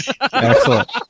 Excellent